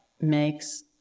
makes